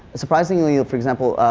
surprisingly, for example,